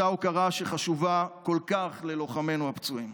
אותה הוקרה שחשובה כל כך ללוחמינו הפצועים.